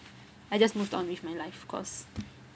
I just moved on with my life of course